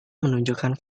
menunjukkan